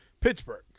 Pittsburgh